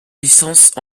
licence